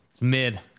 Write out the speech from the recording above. Mid